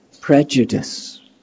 prejudice